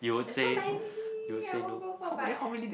there's so many I won't go for but